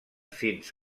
fins